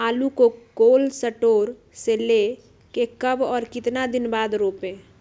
आलु को cold store से ले के कब और कितना दिन बाद रोपे?